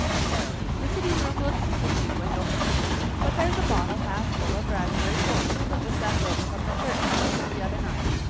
no. the sitting room will do for you and your company. but there's a bottle half full of raspberry cordial that was left over from the church social the other night.